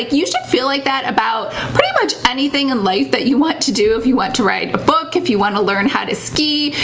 you should feel like that about pretty much anything in life that you want to do if you want to write a book, if you wanna learn how to ski,